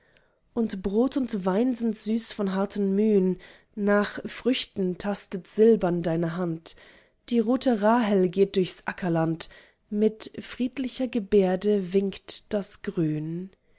und brot und wein sind süß von harten mühn nach früchten tastet silbern deine hand die tote rahel geht durchs ackerland mit friedlicher geberde winkt das grün